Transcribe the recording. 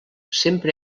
sempre